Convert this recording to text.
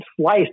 slice